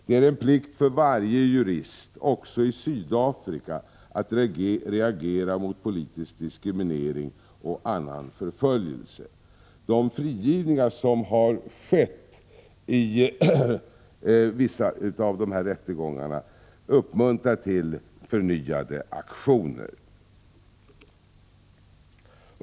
Det är en plikt för varje jurist, också i Sydafrika, att reagera mot politisk diskriminering och annan förföljelse. De frigivningar som har skett i vissa av dessa rättegångar uppmuntrar till förnyade aktioner.